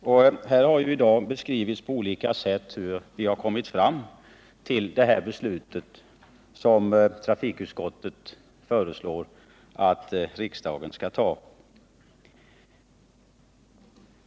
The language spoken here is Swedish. Vi har här i dag fått olika beskrivningar av hur vi har kommit fram till det förslag som trafikutskottet föreslår att riksdagen skall fatta beslut om.